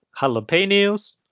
jalapenos